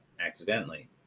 accidentally